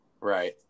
right